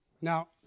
Now